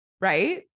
right